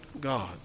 God